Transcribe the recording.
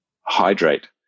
hydrate